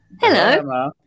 Hello